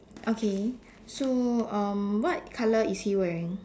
okay so um what color is he wearing